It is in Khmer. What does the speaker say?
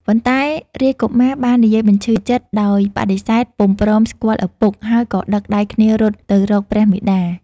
ប៉ុន្តែរាជកុមារបាននិយាយបញ្ឈឺចិត្ត ដោយបដិសេធពុំព្រមស្គាល់ឪពុក ហើយក៏ដឹកដៃគ្នារត់ទៅរកព្រះមាតា។